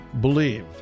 believe